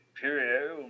period